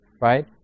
right